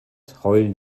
heulen